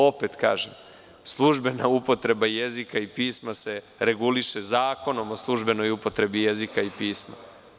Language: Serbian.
Opet kažem, službena upotreba jezika i pisma se reguliše Zakonom o službenoj upotrebi jezika i pisma.